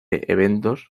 eventos